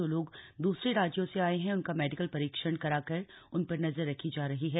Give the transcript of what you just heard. जो लोग दूसरे राज्यों से आये हैं उनका मेडिकल परीक्षण करा कर उन पर नजर रखी जा रही है